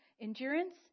endurance